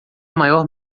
maior